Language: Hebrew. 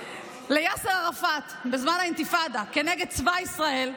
ליאסר ערפאת בזמן האינתיפאדה כנגד צבא ישראל,